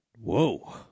Whoa